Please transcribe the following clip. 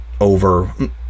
over